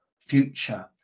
future